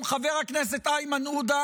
שלום, חבר הכנסת איימן עודה,